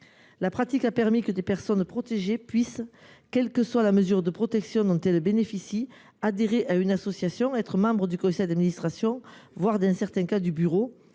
La pratique a permis que des personnes protégées puissent, quelle que soit la mesure de protection dont elles bénéficient, adhérer à une association, être membre du conseil d’administration, voire du bureau,